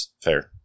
Fair